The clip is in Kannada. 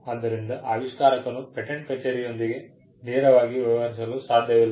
ಆದ್ದರಿಂದ ಆವಿಷ್ಕಾರಕನು ಪೇಟೆಂಟ್ ಕಚೇರಿಯೊಂದಿಗೆ ನೇರವಾಗಿ ವ್ಯವಹರಿಸಲು ಸಾಧ್ಯವಿಲ್ಲ